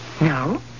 No